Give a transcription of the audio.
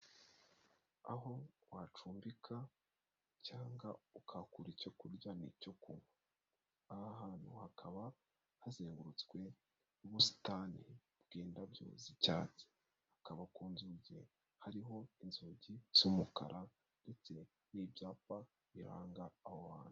Aho wacumbika cyangwa ukagura icyo kurya n'icyo kunywa. Aha hantu hakaba hazengurutswe ubusitani bw'indabyo z'icyatsi. Hakaba ku nzugi hariho inzugi z'umukara ndetse n'ibyapa biranga aho hantu.